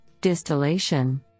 distillation